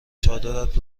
چادرت